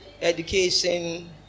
education